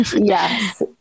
yes